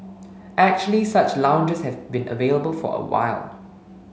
actually such lounges have been available for a while